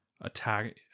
attack